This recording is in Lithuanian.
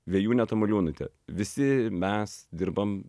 vėjūnė tamuliūnaite visi mes dirbam